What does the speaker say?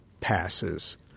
passes